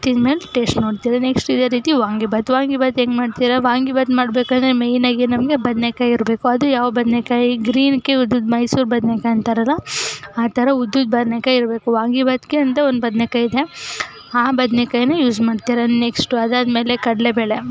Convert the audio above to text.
ತಿಂದಮೇಲೆ taste ನೋಡ್ತೀರ next ಇದೇ ರೀತಿ ವಾಂಗಿಬಾತು ವಾಂಗಿಬಾತು ಹೆಂಗೆ ಮಾಡ್ತೀರಾ ವಾಂಗಿಬಾತು ಮಾಡಬೇಕಂದ್ರೆ ಮೇಯ್ನಾಗಿ ನಮಗೆ ಬದನೇಕಾಯಿ ಇರಬೇಕು ಅದು ಯಾವ ಬದನೇಕಾಯಿ ಗ್ರೀನಕ್ಕೆ ಉದ್ದದ ಮೈಸೂರು ಬದನೇಕಾಯಿ ಅಂತಾರಲ್ಲ ಆ ಥರ ಉದ್ದದ ಬದನೇಕಾಯಿ ಇರಬೇಕು ವಾಂಗಿಬಾತಿಗೆ ಅಂತ ಒಂದು ಬದನೇಕಾಯಿ ಇದೆ ಆ ಬದನೇಕಾಯಿನ ಯೂಸ್ ಮಾಡ್ತೀರ ನೆಕ್ಸ್ಟು ಅದಾದ್ಮೇಲೆ ಕಡಲೆಬೇಳೆ